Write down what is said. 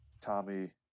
Tommy